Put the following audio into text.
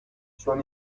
چون